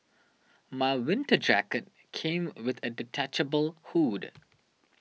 my winter jacket came with a detachable hood